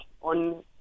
on